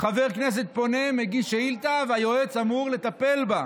חבר כנסת פונה, מגיש שאילתה, והיועץ אמור לטפל בה.